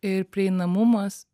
ir prieinamumas